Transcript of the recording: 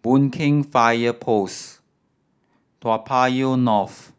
Boon Keng Fire Post Toa Payoh North